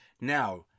Now